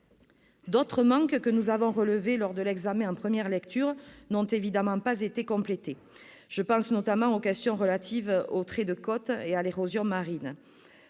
D'autres lacunes que nous avons relevées lors de l'examen en première lecture n'ont évidemment pas été comblées. Je pense notamment aux questions relatives au trait de côte et à l'érosion marine.